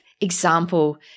example